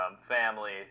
family